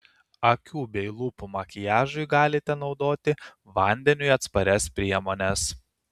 akių bei lūpų makiažui galite naudoti vandeniui atsparias priemones